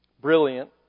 brilliant